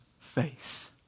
face